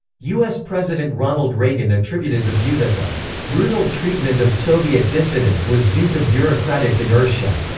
us president ronald reagan attributed the view that the brutal treatment of soviet dissidents was due to bureaucratic inertia.